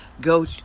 go